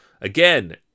Again